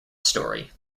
story